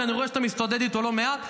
כי אני רואה שאתה מסתודד איתו לא מעט.